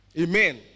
Amen